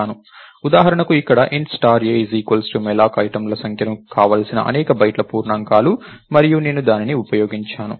ఉదాహరణకు ఇక్కడ int star a malloc ఐటెమ్ల సంఖ్యకి కావలసిన అనేక బైట్ల పూర్ణాంకాలు మరియు నేను దానిని ఉపయోగించాను